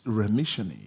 remission